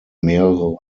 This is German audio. mehrere